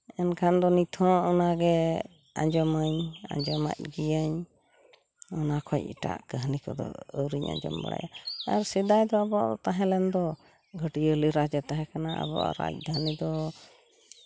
ᱮᱱᱠᱷᱟᱱ ᱫᱚ ᱱᱤᱛ ᱦᱚᱸ ᱚᱱᱟᱜᱮ ᱟᱸᱡᱚᱢᱟᱹᱧ ᱟᱸᱡᱚᱢᱮᱫ ᱜᱤᱭᱟᱹᱧ ᱚᱱᱟ ᱠᱷᱚᱱ ᱮᱴᱟᱜ ᱠᱟᱹᱦᱱᱤ ᱠᱚᱫᱚ ᱟᱹᱣᱨᱤᱧ ᱟᱸᱡᱚᱢ ᱵᱟᱲᱟᱭᱟ ᱟᱨ ᱥᱮᱫᱟᱭ ᱫᱚ ᱟᱵᱚᱣᱟᱜ ᱛᱟᱦᱮᱸ ᱞᱮᱱᱫᱚ ᱜᱷᱟᱹᱴᱣᱟᱹᱞᱤ ᱨᱟᱡᱽ ᱮ ᱛᱟᱦᱮᱸ ᱠᱟᱱᱟ ᱟᱵᱚᱣᱟᱜ ᱨᱟᱡᱽᱫᱷᱟᱹᱱᱤ ᱫᱚ